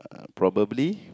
uh probably